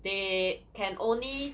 they can only